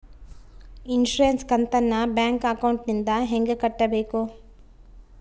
Insurance ಕಂತನ್ನ bank ಅಕೌಂಟಿಂದ ಹೆಂಗ ಕಟ್ಟಬೇಕು?